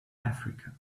africa